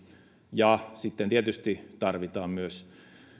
ja sitten tietysti tarvitaan myös